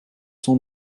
sont